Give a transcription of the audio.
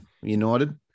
United